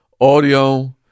Audio